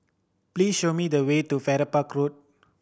please show me the way to Farrer Park Road